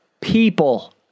people